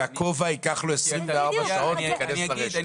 שלכובע ייקח 24 שעות להיכנס לרשת?